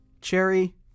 Cherry